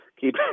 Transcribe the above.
keep